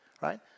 right